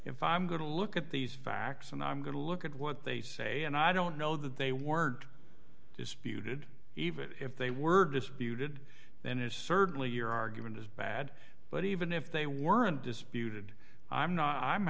if i'm going to look at these facts and i'm going to look at what they say and i don't know that they word disputed even if they were disputed then it is certainly your argument is bad but even if they weren't disputed i'm not i'm